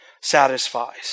satisfies